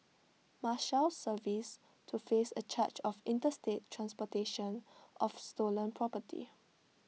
marshals service to face A charge of interstate transportation of stolen property